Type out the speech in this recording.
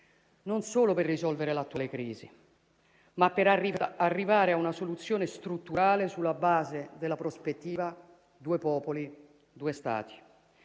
non solo per risolvere l'attuale crisi, ma per arrivare a una soluzione strutturale sulla base della prospettiva «Due popoli, due Stati»: